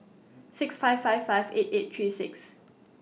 six five five five eight eight three six